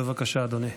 בבקשה, אדוני.